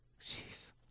Jeez